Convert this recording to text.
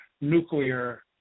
nuclear